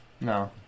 No